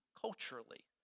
culturally